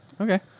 Okay